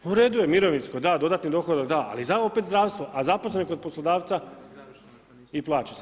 U redu je, mirovinsko da, dodatni dohodak da, ali zašto opet zdravstvo, a zaposlen je kod poslodavca i plaća se.